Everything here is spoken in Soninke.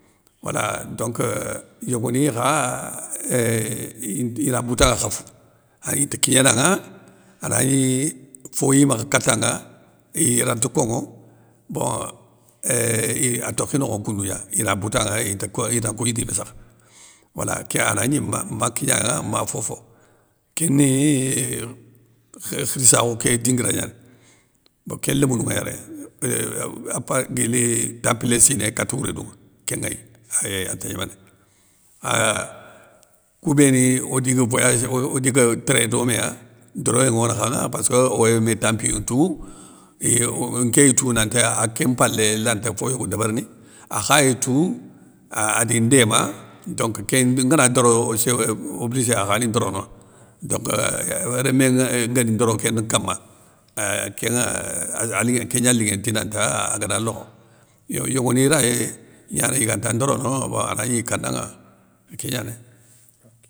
Wala euh donc yogoni kha euuh, inte ina koutanŋa khafou, a inta kignénanŋa, anagni foyi makha katanŋa, irante konŋo, bon euuh a tokhi nokhon koundou gna, ina boutanŋa inte ko inta kougnini yime sakh, wala kéya ana gnima ma kignanŋa ma fofo, kéni kheu khirssakhou ké dinguira gna, bo kén lémounou ŋa yéré, euuh apa guili tampilé siné kata wouré dounŋa, kén nŋéy anta gnéméné, ahh kou béni odiga voyagé odiga téré doméya, doroyé nŋo nakhanŋa passkeu oy mé tampiyou ntou, iye nkéy tou nanti a kén mpalé lanta foyogo débérni, akhay tou. a adi ndéma, donc kén ngana doro sé obligé akhani ndorona donc euuh rémé guéni ndoro kén nkama ahh kénŋeuu kéngna linŋéni dinanta ahh agada lokho, yo yogoni ray gnana iganta ndorono bon anagni i kananŋa, kégnane.